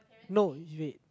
no you wait